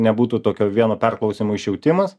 nebūtų tokio vieno perklausymo išjautimas